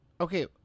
Okay